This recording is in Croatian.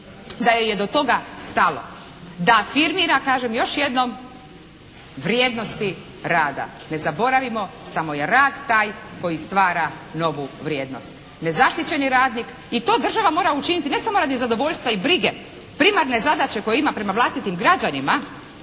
joj je do toga stalo, da afirmira kažem još jednom vrijednosti rada. Ne zaboravimo, samo je rad taj koji stvara novu vrijednost. Nezaštićeni radnik i to država mora učiniti ne samo radi zadovoljstva i brige, primarne zadaće koje ima prema vlastitim građanima,